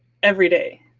every day.